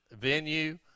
venue